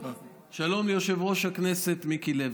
שלום ליושב-ראש הכנסת מיקי לוי.